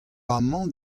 amañ